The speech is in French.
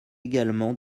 également